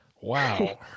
Wow